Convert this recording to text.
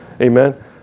Amen